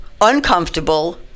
uncomfortable